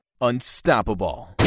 Unstoppable